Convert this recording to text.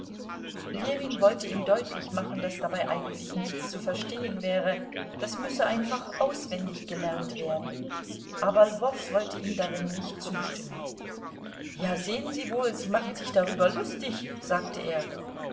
ljewin wollte ihm deutlich machen daß dabei eigentlich nichts zu verstehen wäre das müsse einfach auswendig gelernt werden aber lwow wollte ihm darin nicht zustimmen ja sehen sie wohl sie machen sich darüber lustig sagte er